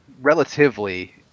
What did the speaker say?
relatively